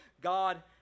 god